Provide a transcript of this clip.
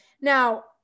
now